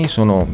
sono